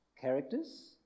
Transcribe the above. characters